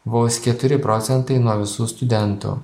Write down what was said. vos keturi procentai nuo visų studentų